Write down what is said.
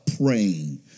praying